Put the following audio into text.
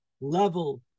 level